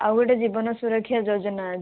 ଆଉ ଗୋଟେ ଜୀବନ ସୁରକ୍ଷା ଯୋଜନା ଅଛି